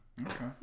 okay